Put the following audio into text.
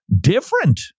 different